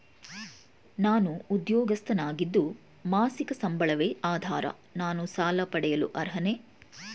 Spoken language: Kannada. ನಾನು ಉದ್ಯೋಗಸ್ಥನಾಗಿದ್ದು ಮಾಸಿಕ ಸಂಬಳವೇ ಆಧಾರ ನಾನು ಸಾಲ ಪಡೆಯಲು ಅರ್ಹನೇ?